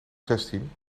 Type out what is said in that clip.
zestien